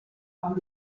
par